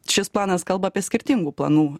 šis planas kalba apie skirtingų planų